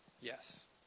Yes